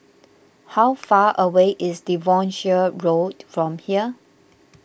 how far away is Devonshire Road from here